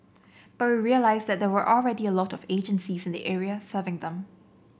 but we realised that there were already a lot of agencies in the area serving them